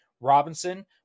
Robinson